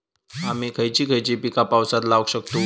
आम्ही खयची खयची पीका पावसात लावक शकतु?